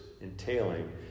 entailing